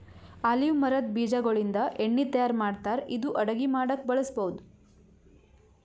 olive ಮರದ್ ಬೀಜಾಗೋಳಿಂದ ಎಣ್ಣಿ ತಯಾರ್ ಮಾಡ್ತಾರ್ ಇದು ಅಡಗಿ ಮಾಡಕ್ಕ್ ಬಳಸ್ಬಹುದ್